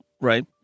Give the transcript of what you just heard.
right